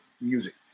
music